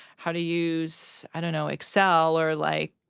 how to use, i don't know, excel or, like,